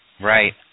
Right